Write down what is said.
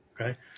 okay